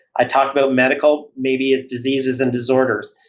i talk about medical maybe as diseases and disorders.